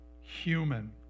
human